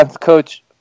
coach